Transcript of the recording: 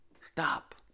Stop